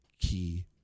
key